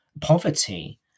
poverty